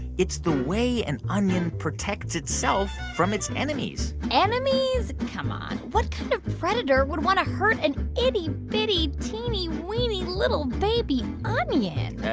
it's the way an onion protects itself from its enemies enemies? come on. what kind of predator would want to hurt an itty-bitty, teeny-weeny, little baby onion?